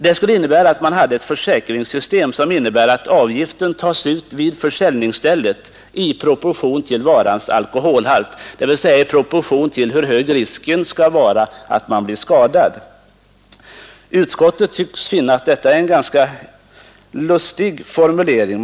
Det skulle innebära att man hade ett försäkringssystem där avgiften togs ut vid försäljningsstället i proportion till varans alkoholhalt, dvs. i proportion till hur stor risken är för att man skall bli skadad. Utskottet tycks finna att detta är en ganska lustig formulering.